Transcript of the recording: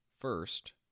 First